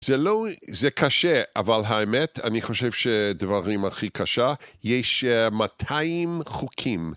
זה לא, זה קשה, אבל האמת, אני חושב שדברים הכי קשה, יש 200 חוקים.